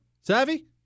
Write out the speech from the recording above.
Savvy